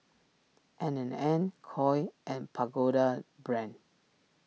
N and N Koi and Pagoda Brand